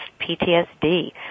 PTSD